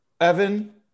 Evan